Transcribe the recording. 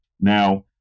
Now